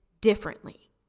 differently